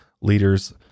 leaders